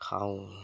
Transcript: ଖାଉଁ